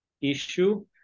issue